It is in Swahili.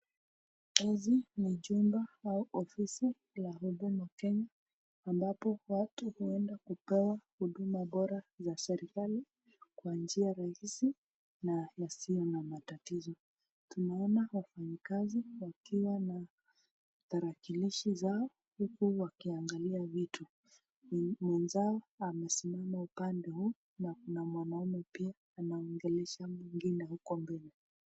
Hiizi ni chumba au ofisi la Huduma Kenya ambapo watu huenda kupawa huduma bora za serekali kwa njia rahisi na yasio na matatizo. Tunaona wafanyikazi wakiwa na tarakilishi zao huku wakiangalia vitu. Mwenzao amesimama upande huu na kuna mwanamume pia anaongelesha mwengine huko mbele.